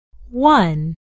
One